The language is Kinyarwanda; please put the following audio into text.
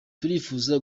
turifuza